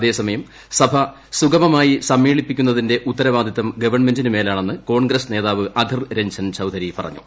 അതേസമയം സഭ സുഗമമായി സമ്മേളിപ്പിക്കുന്നതിന്റെ ഉത്തരവാദിത്തം ഗവൺമെന്റിന് മേലാണെന്ന് കോൺഗ്രിസ്റ്റ് നേതാവ് അധിർ രഞ്ജൻ ചൌധരി പറഞ്ഞു